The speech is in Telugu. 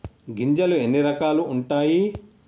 గింజలు ఎన్ని రకాలు ఉంటాయి?